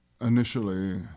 Initially